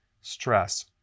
stress